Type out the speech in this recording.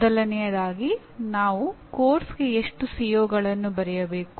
ಮೊದಲನೆಯದಾಗಿ ನಾವು ಪಠ್ಯಕ್ರಮಕ್ಕೆ ಎಷ್ಟು ಸಿಒಗಳನ್ನು ಬರೆಯಬೇಕು